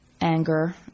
anger